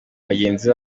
bagenzi